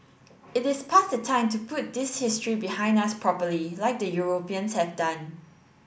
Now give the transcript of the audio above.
it is past the time to put this history behind us properly like the Europeans have done